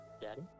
daddy